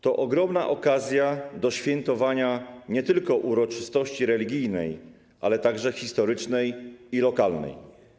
To ogromna okazja do świętowania nie tylko uroczystości religijnej, ale także historycznej i lokalnej.